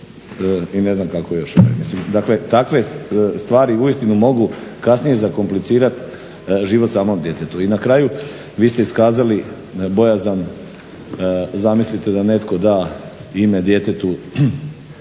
i ne znam kako još. Dakle takve stvari uistinu mogu kasnije zakomplicirat život samom djetetu. I na kraju, vi ste iskazali bojazan, zamislite da netko da ime djetetu